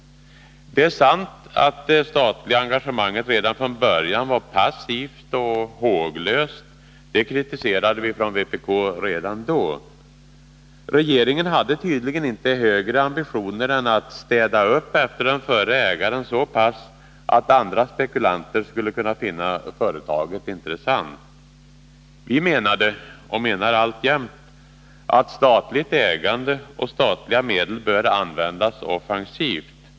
Det är sant att det statliga engagemanget redan från början var passivt och håglöst. Detta kritiserade vpk redan då. Regeringen hade tydligen inte högre ambitioner än att städa upp efter den förre ägaren så pass att andra spekulanter skulle kunna finna företaget intressant. Vi menade och menar alltjämt att statligt ägande och statliga medel bör användas offensivt.